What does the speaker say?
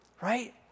right